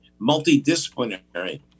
multidisciplinary